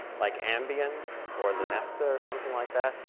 like ambien or lunesta or something like that,